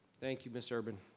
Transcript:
thank you, ms. urban.